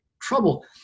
trouble